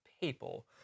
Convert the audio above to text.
people